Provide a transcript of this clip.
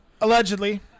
Allegedly